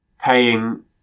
paying